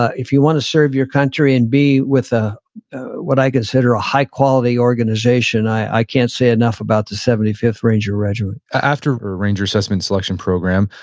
if you want to serve your country and be with ah what i consider a high quality organization, i can't say enough about the seventy fifth ranger regiment. after a ranger assessment selection program.